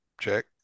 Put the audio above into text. check